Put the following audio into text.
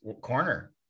corner